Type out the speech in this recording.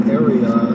area